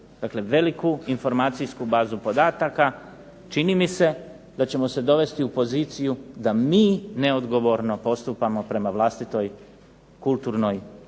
veliku informacijsku bazu podataka, čini mi se da ćemo se dovesti u poziciju da mi neodgovorno postupamo prema vlastitoj kulturnoj baštini,